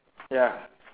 ya